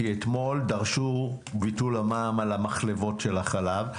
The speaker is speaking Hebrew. כי אתמול דרשו ביטול המע"מ על המחלבות של החלב.